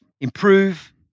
improve